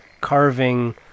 carving